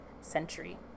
century